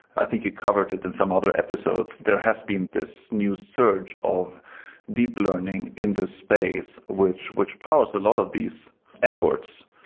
i think you covered it in some other episodes. there has been this new surge of deep learning in this space, which which powers a lot of these efforts.